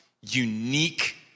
unique